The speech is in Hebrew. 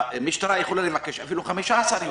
המשטרה יכולה לבקש אפילו 15 יום.